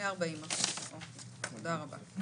תודה רבה.